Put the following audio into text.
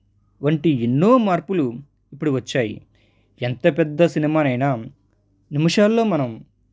వంటి ఎన్నో మార్పులు ఇప్పుడు వచ్చాయి ఎంత పెద్ద సినిమాని అయినా నిమిషాల్లో మనం